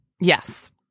Yes